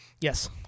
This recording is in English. Yes